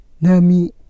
Nami